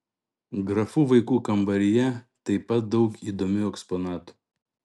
grafų vaikų kambaryje taip pat daug įdomių eksponatų